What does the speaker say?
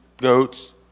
goats